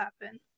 happen